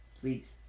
Please